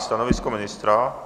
Stanovisko ministra?